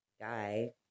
guy